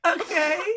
Okay